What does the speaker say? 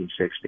1960